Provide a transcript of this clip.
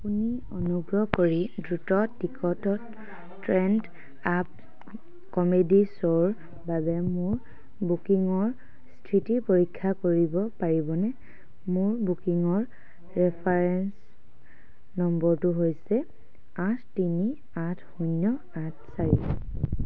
আপুনি অনুগ্ৰহ কৰি দ্ৰুত টিকটত ষ্টেণ্ড আপ কমেডী শ্ব'ৰ বাবে মোৰ বুকিঙৰ স্থিতি পৰীক্ষা কৰিব পাৰিবনে মোৰ বুকিঙৰ ৰেফাৰেন্স নম্বৰটো হৈছে আঠ তিনি আঠ শূন্য আঠ চাৰি